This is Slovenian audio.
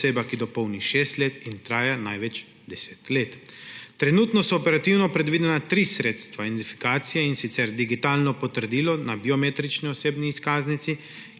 ki dopolni šest let, in traja največ10 let. Trenutno so operativno predvidena tri sredstva identifikacije, in sicer digitalno potrdilo na biometrični osebni izkaznici,